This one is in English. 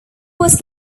was